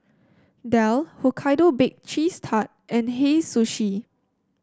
Dell Hokkaido Bake Cheese Tart and Hei Sushi